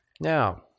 Now